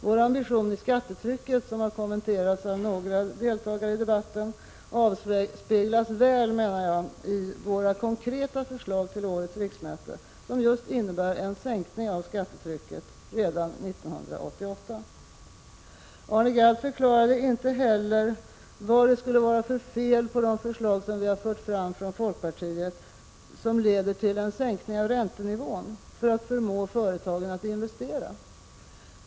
Vår ambition i fråga om skattetrycket, som har kommenterats av några talare i debatten, avspeglas väl i våra konkreta förslag till årets riksmöte, som just innebär en sänkning av skattetrycket redan 1988. Arne Gadd förklarade inte heller vad det skulle vara för fel på de förslag som vi har fört fram från folkpartiet och som leder till en sänkning av räntenivån för att förmå företagen att investera.